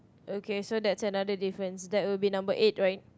okay so that's another difference that will be number eight right